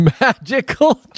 magical